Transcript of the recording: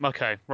Okay